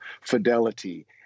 fidelity